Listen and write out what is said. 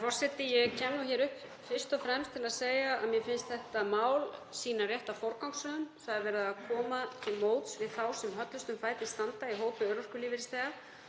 Herra forseti. Ég kem hér upp fyrst og fremst til að segja að mér finnst þetta mál sýna rétta forgangsröðun. Það er verið að koma til móts við þá sem höllustum fæti standa í hópi örorkulífeyrisþega